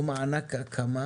או מענק הקמה